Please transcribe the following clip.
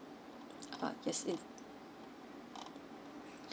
uh yes in